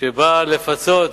שבאה לפצות,